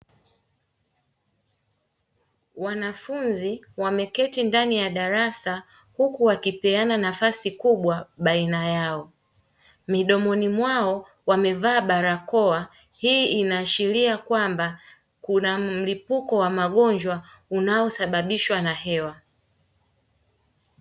Wanafunzi wameketi ndani ya darasa huku wakipeana nafasi kubwa baina yao, midomoni mwao wamevaa barakoa hii inaashiria kwamba kuna mlipuko wa magonjwa unaosababishwa na hewa.